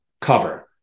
cover